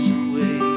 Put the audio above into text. away